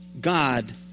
God